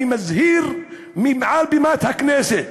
אני מזהיר מעל בימת הכנסת: